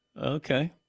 Okay